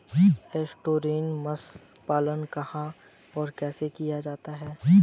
Estuarine मत्स्य पालन कहां और कैसे किया जाता है?